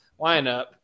lineup